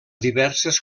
diverses